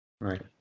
Right